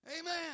Amen